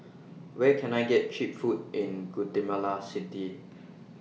Where Can I get Cheap Food in Guatemala City